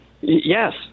yes